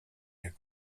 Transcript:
jak